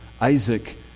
Isaac